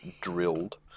drilled